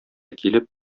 килеп